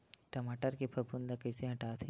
टमाटर के फफूंद ल कइसे हटाथे?